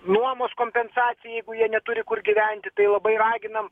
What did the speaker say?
nuomos kompensacija jeigu jie neturi kur gyventi tai labai raginam